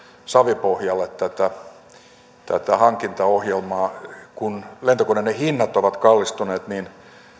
savipohjalle tätä hankintaohjelmaa kun lentokoneiden hinnat ovat kallistuneet niin